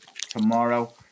tomorrow